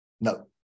No